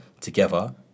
together